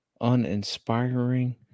uninspiring